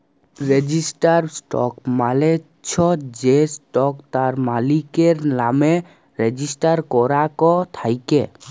registered stock মালে চ্ছ যে স্টক তার মালিকের লামে রেজিস্টার করাক থাক্যে